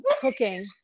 cooking